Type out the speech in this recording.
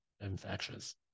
infectious